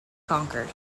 conquered